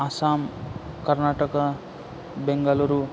Assam Karnataka Bengaluru